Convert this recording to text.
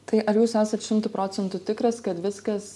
tai ar jūs esat šimtu procentų tikras kad viskas